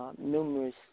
numerous